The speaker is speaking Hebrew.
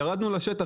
ירדנו לשטח,